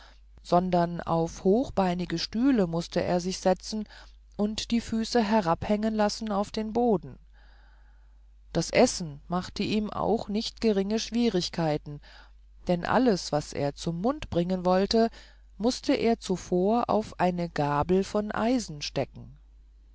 sondern auf hochbeinige stühle mußte er sich setzen und die füße herabhängen lassen auf den boden das essen machte ihm auch nicht geringe schwierigkeit denn alles was er zum mund bringen wollte mußte er zuvor auf eine gabel von eisen stecken